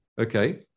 okay